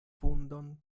vundon